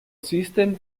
system